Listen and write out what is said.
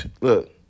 Look